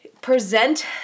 present